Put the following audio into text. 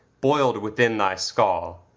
boiled within thy skull.